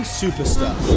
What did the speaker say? superstar